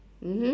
mmhmm